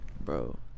Bro